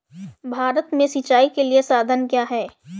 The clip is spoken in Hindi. भारत में सिंचाई के साधन क्या है?